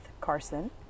Carson